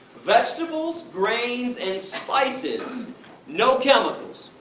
vegetables, grains and spices no chemicals,